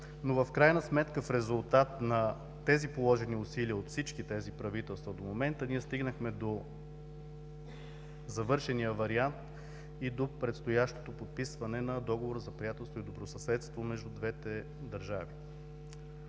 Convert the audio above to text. но в крайна сметка в резултат на тези положени усилия от всички тези правителства, в момента ние стигнахме до завършения вариант и до предстоящото подписване на Договора за приятелство и добросъседство между двете държави.